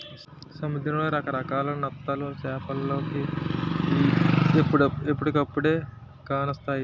సముద్రంలో రకరకాల నత్తలు చేపలోలికి ఎప్పుడుకప్పుడే కానొస్తాయి